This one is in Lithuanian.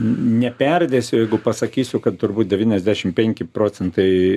neperdėsiu jeigu pasakysiu kad turbūt devyniasdešim penki procentai